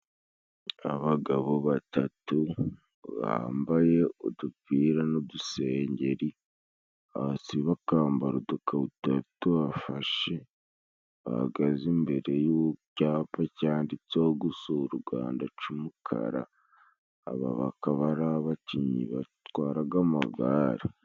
Abagabo batatu bambaye udupira n'udusengeri hasi bakambara udukabuto tubafashe bahagaze imbere y'icyapa cyanditseho gusurwa ndaca umukara aba bakaba ar'abakinnyi batwaraga amagare.